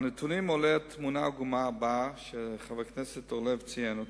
מהנתונים עולה התמונה העגומה שחבר הכנסת אורלב ציין: